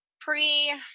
pre